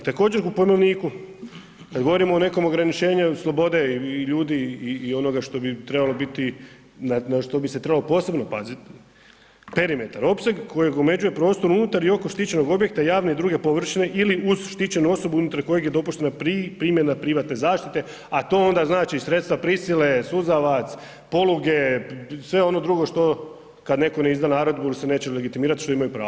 Također u pojmovniku, kada govorimo o nekom ograničenju slobode i ljudi i onoga što bi trebalo biti, na što bi se trebalo posebno paziti, perimetar, opseg kojeg omeđuje prostro unutar i oko štićenog objekta javne i druge površine ili uz štićene osobe, unutar kojeg je dopuštena primjena privatne zaštite, a to onda znači sredstva prisile suzavac, poluge, sve ono drugo što, kada netko ne izda naredbu ili se neće legitimirati što imaju pravo.